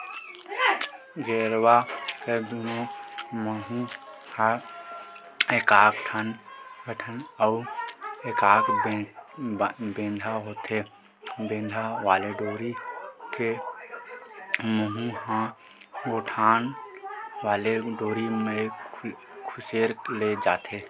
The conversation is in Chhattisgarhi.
गेरवा के दूनों मुहूँ म एकाक गठान अउ एकाक बेंधा होथे, जेन बेंधा वाले डोरी के मुहूँ म गठान वाले डोरी ल खुसेर दे जाथे